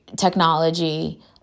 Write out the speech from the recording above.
technology